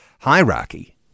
hierarchy